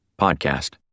podcast